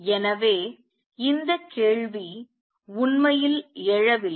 எனவே இந்த கேள்வி உண்மையில் எழவில்லை